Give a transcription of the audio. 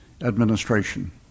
administration